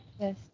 Yes